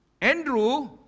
Andrew